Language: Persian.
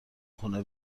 خونه